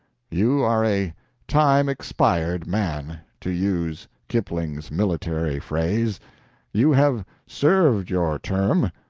you are a time expired man, to use kipling's military phrase you have served your term,